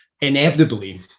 Inevitably